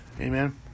Amen